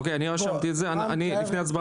אוקיי, אני רשמתי את זה, אני בכל מקרה